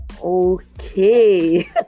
Okay